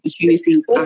opportunities